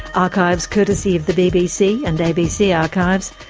archives, courtesy of the bbc and abc archives.